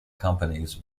companies